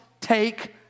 take